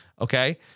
Okay